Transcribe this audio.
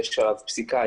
יש עליו פסיקה,